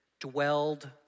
dwelled